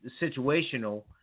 situational